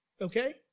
okay